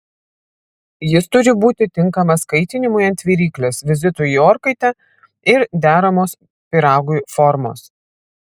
jis turi būti tinkamas kaitinimui ant viryklės vizitui į orkaitę ir deramos pyragui formos